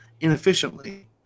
inefficiently